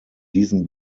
diesen